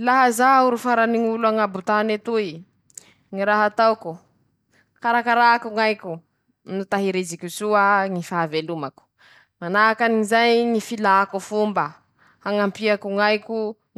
Manahaky anizao ñy tohiny rehaky toy e:-"Adaladala roahy olo mpifanolotsy bodorindry aminao